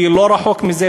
כי לא רחוק ממנו,